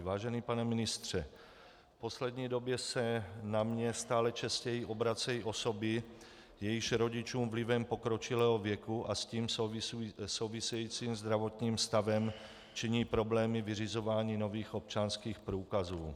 Vážený pane ministře, v poslední době se na mě stále častěji obracejí osoby, jejichž rodičům vlivem pokročilého věku a s tím souvisejícím zdravotním stavem činí problémy vyřizování nových občanských průkazů.